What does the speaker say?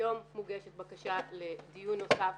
היום מוגשת בקשה לדיון נוסף